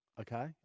Okay